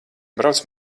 brauc